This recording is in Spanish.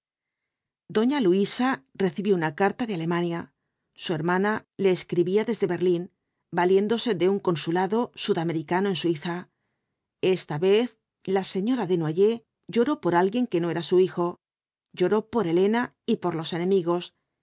doña luisa recibió una carta de alemania su her mana le escribía desde berlín valiéndose de un consulado sudamericano en suiza esta vez la señora desnoners lloró por alguien que no era su hijo lloró por elena y por los enemigos